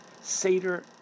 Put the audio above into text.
Seder